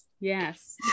Yes